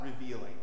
revealing